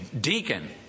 deacon